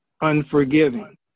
unforgiving